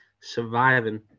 Surviving